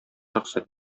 рөхсәт